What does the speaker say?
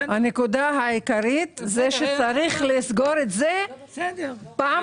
הנקודה העיקרית היא שצריך לסגור את זה פעם